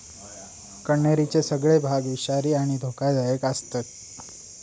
कण्हेरीचे सगळे भाग विषारी आणि धोकादायक आसतत